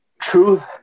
Truth